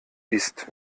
ist